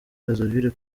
brazzaville